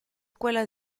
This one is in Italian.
quella